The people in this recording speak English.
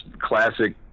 classic